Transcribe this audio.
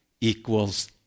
equals